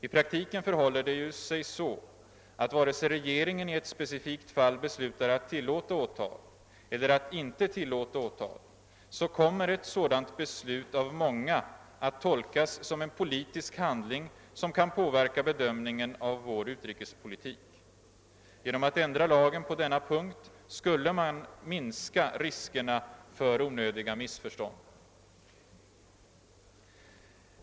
I praktiken förhåller det sig ju så, att vare sig regeringen i ett specifikt fall beslutar att tillåta åtal eller att inte göra det, kommer ett sådant beslut att av många tolkas som en politisk handling som kan påverka bedömningen av vår utrikespolitik. Genom att ändra lagen på den punkten skulle man minska riskerna för onödiga missförstånd.